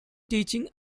teaching